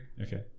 Okay